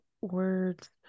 words